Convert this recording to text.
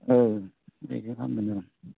औ बिदि खालामगोन जोंहा